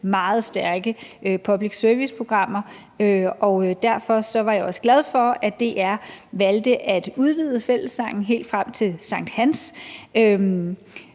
meget stærke public service-programmer. Derfor var jeg også glad for, at DR valgte at udvide fællesangen helt frem til sankthans.